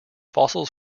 fossils